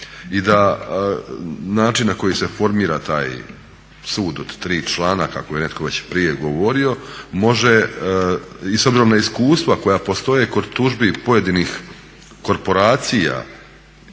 i da način na koji se formira taj sud od tri člana kako je netko već prije govorio može i s obzirom na iskustva koja postoje kod tužbi pojedinih korporacija